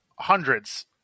hundreds